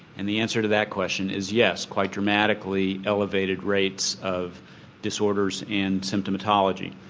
and the answer to that question is yes, quite dramatically elevated rates of disorders and symptomatology.